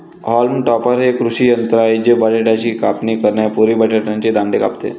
haulm topper हे एक कृषी यंत्र आहे जे बटाट्याची कापणी करण्यापूर्वी बटाट्याचे दांडे कापते